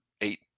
eight